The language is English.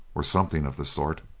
or something of the sort.